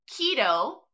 keto